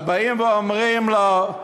אז באים ואומרים לו: